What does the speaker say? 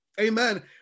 amen